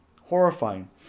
horrifying